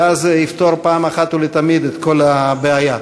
ואז זה יפתור אחת ולתמיד את כל הבעיה.